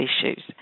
issues